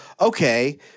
okay